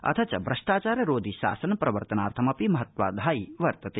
अथ च भ्रष्टाचाररोधि शासन प्रवर्तनार्थमपि महत्त्वाधायि वर्तते